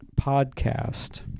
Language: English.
podcast